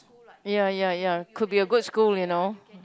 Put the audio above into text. ya ya ya could be a good school you know